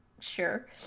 sure